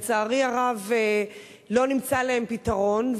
לצערי הרב לא נמצא להן פתרון,